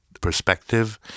perspective